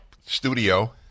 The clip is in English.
studio